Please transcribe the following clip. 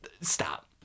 stop